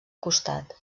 costat